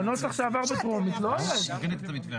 בנוסח שעבר בטרומית לא היה את זה.